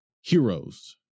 Heroes